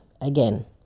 again